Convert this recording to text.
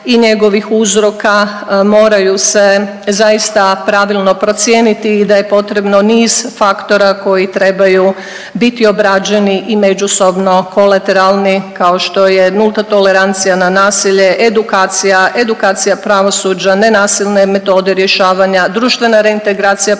i njegovih uzroka, moraju se zaista pravilno procijeniti i da je potrebno niz faktora koji trebaju biti obrađeni i međusobno kolateralni, kao što je nulta tolerancija na nasilje, edukacija, edukacija pravosuđa, nenasilne metode rješavanja, društvena reintegracija počinitelja